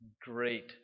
great